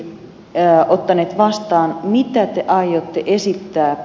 tää ottaneet vastaan mitä te aiotte esittää